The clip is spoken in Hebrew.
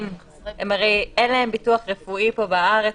הרי אין להם ביטוח רפואי פה בארץ.